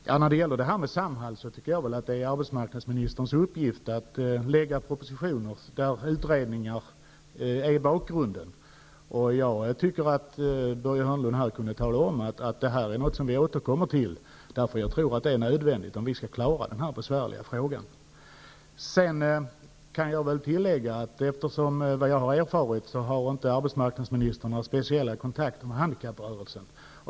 Herr talman! När det gäller detta med Samhall vill jag säga att jag tycker att det är arbetsmarknadsministerns uppgift att lägga fram propositioner med utredningar som bakgrund. Börje Hörnlund kunde säga här att vi skall återkomma till detta. Jag tror att det är nödvändigt, om vi skall klara denna besvärliga fråga. Enligt vad jag har erfarit har inte arbetsmarknadsministern några speciella kontakter med handikapprörelsen.